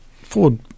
Ford